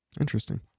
Interesting